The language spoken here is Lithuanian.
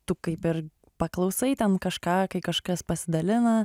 tu kaip ir paklausai ten kažką kai kažkas pasidalina